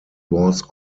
was